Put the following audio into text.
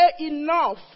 enough